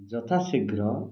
ଯଥା ଶୀଘ୍ର